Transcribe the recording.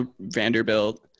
Vanderbilt